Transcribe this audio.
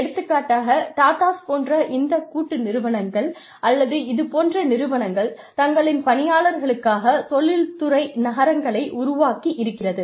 எடுத்துக்காட்டாக டாடாஸ் போன்ற இந்த கூட்டு நிறுவனங்கள் அல்லது இது போன்ற நிறுவனங்கள் தங்களின் பணியாளர்களுக்காக தொழில்துறை நகரங்களை உருவாக்கி இருக்கிறது